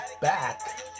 back